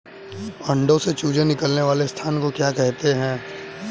अंडों से चूजे निकलने वाले स्थान को क्या कहते हैं?